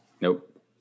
Nope